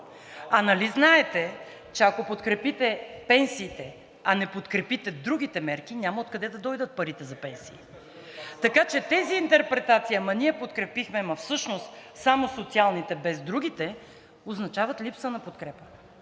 А нали знаете, че ако подкрепите пенсиите, а не подкрепите другите мерки, няма откъде да дойдат парите за пенсии. (Шум и реплики от ИТН.) Така че тези интерпретации: „ама ние подкрепихме, ама всъщност само социалните без другите“, означават липса на подкрепа.